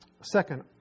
Second